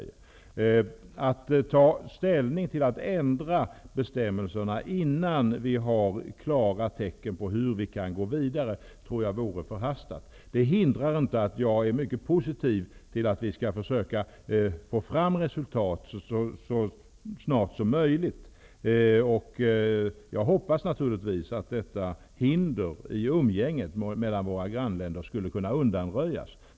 Jag tror att det vore förhastat att ta ställning till att ändra bestämmelserna innan vi har klara tecken på hur vi kan gå vidare. Det hindrar inte att jag är mycket positiv till att vi skall försöka få fram resultat så snart som möjligt. Jag hoppas naturligtvis att detta hinder i umgänget med våra grannländer skall kunna undanröjas.